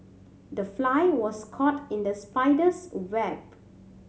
the fly was caught in the spider's web